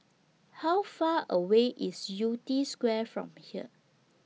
How Far away IS Yew Tee Square from here